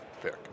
pick